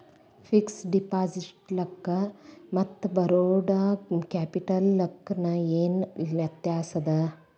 Fixed ಕ್ಯಾಪಿಟಲಕ್ಕ ಮತ್ತ borrowed ಕ್ಯಾಪಿಟಲಕ್ಕ ಏನ್ ವ್ಯತ್ಯಾಸದ?